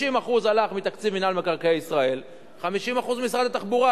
50% הלך מתקציב מינהל מקרקעי ישראל ו-50% ממשרד התחבורה.